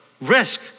risk